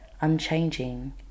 unchanging